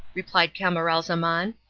replied camaralzaman,